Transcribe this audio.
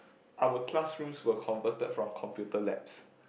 our classrooms were converted from computer labs